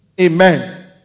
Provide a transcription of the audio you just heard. Amen